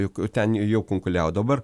juk ten jau kunkuliavo dabar